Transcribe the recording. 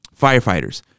firefighters